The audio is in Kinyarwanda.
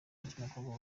ry’umukobwa